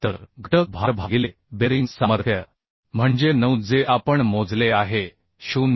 तर घटक भार भागिले बेअरिंग सामर्थ्य म्हणजे 9 जे आपण मोजले आहे 0